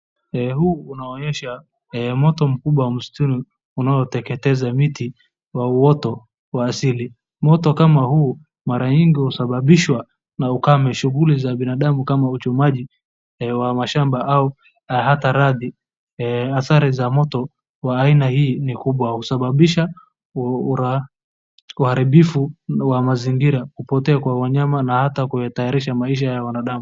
Huu unaonyesha moto mkubwa msituni unaoteketeza miti wa uwoto wa asili. Moto kama huu mara nyingi husababishwa na ukame, shughuli za binadamu kama uchungaji wa mashamba au na hata radhi, hasara za moto wa aina hii ni kubwa, husababisha uharibifu wa mazingira kupitia kwa wanyama na hata kuhatarisha maisha ya wanadamu.